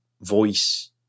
voice